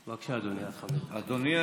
בבקשה, אדוני.